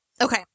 Okay